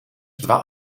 dva